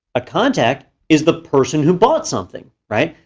a contact is the person who bought something, right?